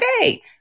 Okay